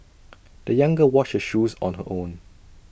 the young girl washed her shoes on her own